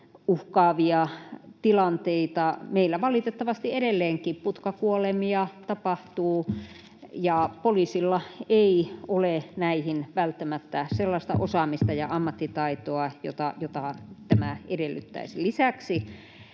uhkaavia tilanteita. Meillä valitettavasti edelleenkin tapahtuu putkakuolemia, ja poliisilla ei ole näihin välttämättä sellaista osaamista ja ammattitaitoa, jota nämä edellyttäisivät. Lisäksi